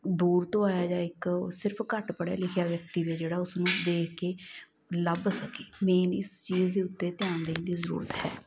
ਦੂਰ ਤੋਂ ਆਇਆ ਜਾਂ ਇੱਕ ਸਿਰਫ ਘੱਟ ਪੜ੍ਹਿਆ ਲਿਖਿਆ ਵਿਅਕਤੀ ਵੀ ਆ ਜਿਹੜਾ ਉਸਨੂੰ ਦੇਖ ਕੇ ਲੱਭ ਸਕੇ ਮੇਨ ਇਸ ਚੀਜ਼ ਦੇ ਉੱਤੇ ਧਿਆਨ ਦੇਣ ਦੀ ਜ਼ਰੂਰਤ ਹੈ